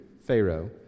Pharaoh